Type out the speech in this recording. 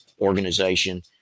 organization